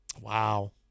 Wow